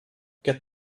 got